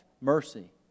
mercy